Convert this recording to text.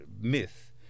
myth